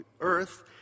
earth